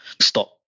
stop